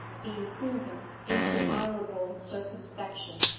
the improver, into honourable circumspection.